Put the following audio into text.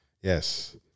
Yes